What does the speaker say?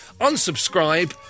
unsubscribe